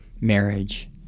marriage